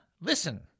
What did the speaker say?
listen